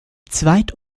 zweit